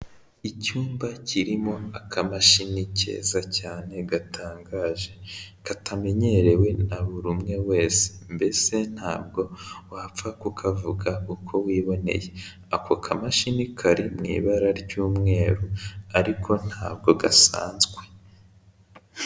Icyumba kirimo akamashini keza cyane gatangaje katamenyerewe na burimwe wese mbese ntabwo wapfa kukavuga uko wiboneye, ako kamashini kari mu ibara ry'umweru ariko ntabwo gasanzwe.